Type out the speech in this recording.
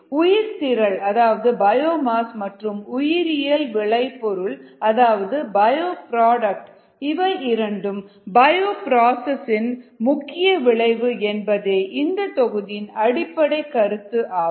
உயிர்த்திரள் அதாவது பயோமாஸ் மற்றும் உயிரியல் விளைபொருள் அதாவது பயோ ப்ராடக்ட் இவை இரண்டும் பயோபிராசஸ் இன் முக்கிய விளைவு என்பதே இந்தத் தொகுதியின் அடிப்படைக் கருத்து ஆகும்